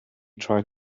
tried